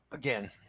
Again